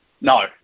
No